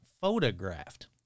photographed